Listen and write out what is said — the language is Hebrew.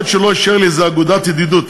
אפילו שהוא לא אישר לי איזו אגודת ידידות.